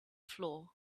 floor